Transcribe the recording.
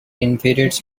infuriates